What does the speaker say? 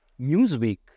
Newsweek